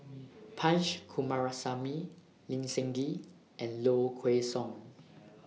Punch Coomaraswamy Lee Seng Gee and Low Kway Song